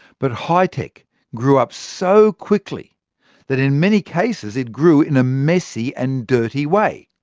but high-tech grew up so quickly that in many cases, it grew in a messy and dirty way.